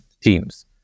teams